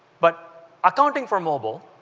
but accounting for mobile